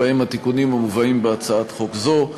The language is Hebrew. ובהם התיקונים המובאים בהצעת חוק זו.